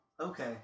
Okay